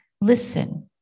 Listen